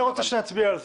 אתה רוצה שנצביע על זה.